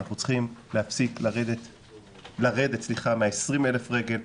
אנחנו צריכים לרדת מה-20,000 רגל,